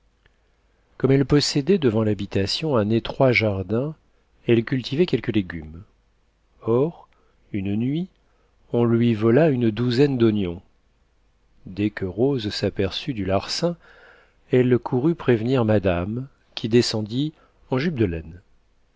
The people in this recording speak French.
comme elles possédaient devant l'habitation un étroit jardin elles cultivaient quelques légumes or une nuit on lui vola une douzaine d'oignons dès que rose s'aperçut du larcin elle courut prévenir madame qui descendit en jupe de laine